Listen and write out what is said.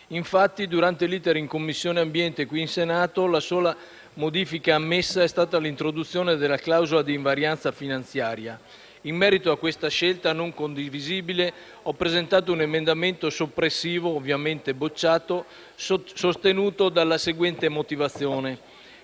Infatti, durante l'*iter* in Commissione ambiente del Senato la sola modifica ammessa è stata l'introduzione della clausola di invarianza finanziaria. In merito a questa scelta non condivisibile ho presentato un emendamento soppressivo - ovviamente respinto - sostenuto dalla seguente motivazione: